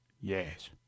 Yes